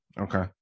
Okay